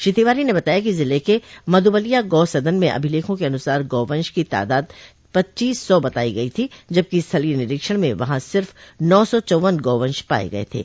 श्री तिवारी ने बताया कि जिले के मधुबलिया गौ सदन में अभिलेखों के अनुसार गौ वंश की तादाद पच्चीस सौ बताई गई थी जबकि स्थलीय निरीक्षण में वहां सिर्फ नौ सौ चौवन गौ वंश पाये गये थे